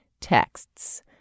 texts